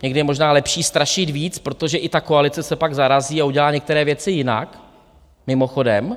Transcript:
Někdy je možná lepší strašit víc, protože i ta koalice se pak zarazí a udělá některé věci jinak, mimochodem.